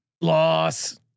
Loss